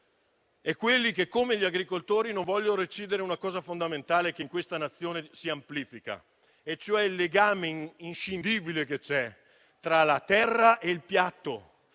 e quelli che, come gli agricoltori, non vogliono recidere un elemento fondamentale, che in questa Nazione si amplifica, ossia il legame inscindibile che c'è tra la terra e il piatto.